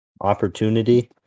opportunity